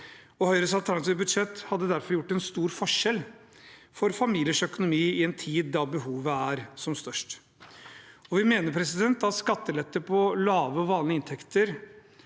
Høyres alternative budsjett hadde derfor utgjort en stor forskjell for familiers økonomi i en tid da behovet er størst. Vi mener at skattelette på lave og vanlige inntekter